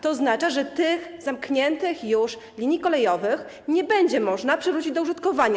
To oznacza, że tych zamkniętych już linii kolejowych nie będzie można przywrócić do użytkowania.